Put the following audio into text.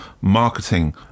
marketing